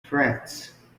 france